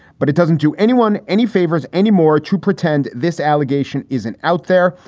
but it doesn't do anyone any favors anymore to pretend this allegation isn't out there.